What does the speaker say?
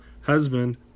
husband